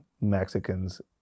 mexicans